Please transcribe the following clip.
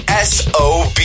SOB